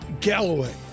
Galloway